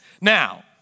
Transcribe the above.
Now